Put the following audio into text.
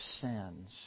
sins